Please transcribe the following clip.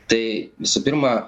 tai visų pirma